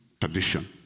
Tradition